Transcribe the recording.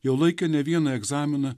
jau laikę ne vieną egzaminą